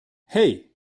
hei